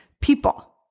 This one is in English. people